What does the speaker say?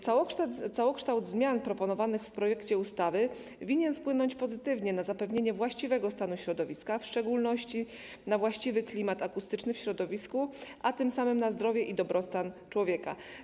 Całokształt zmian proponowanych w projekcie ustawy winien wpłynąć pozytywnie na zapewnienie właściwego stanu środowiska, w szczególności na właściwy klimat akustyczny w środowisku, a tym samym na zdrowie i dobrostan człowieka.